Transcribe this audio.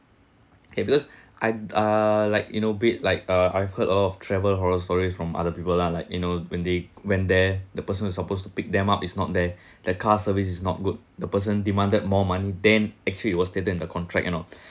kay because I uh like you know it like uh I've heard all of travel horror stories from other people lah like you know when they went there the person was supposed to pick them up is not there that car service is not good the person demanded more money than actually it was stated in the contract you know